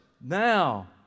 now